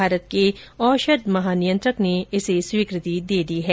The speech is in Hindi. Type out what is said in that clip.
भारत के औषध महानियंत्रक ने इसे स्वीकृ ति दे दी है